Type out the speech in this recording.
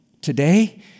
Today